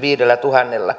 viidellätuhannella